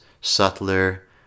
subtler